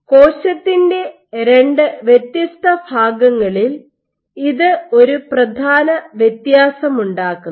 കോശത്തിന്റെ രണ്ട് വ്യത്യസ്ത ഭാഗങ്ങളിൽ ഇത് ഒരു പ്രധാന വ്യത്യാസമുണ്ടാക്കുന്നു